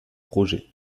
projets